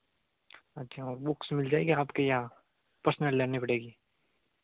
अच्छा वह बुक्स मिल जएँगी आपके यहाँ पर्सनल लानी पड़ेंगी